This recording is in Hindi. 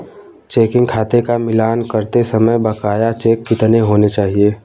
चेकिंग खाते का मिलान करते समय बकाया चेक कितने होने चाहिए?